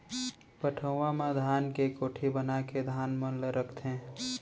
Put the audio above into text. पटउहां म धान के कोठी बनाके धान मन ल रखथें